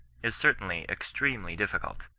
is certainly extremely difficult,